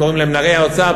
שקוראים להם נערי האוצר,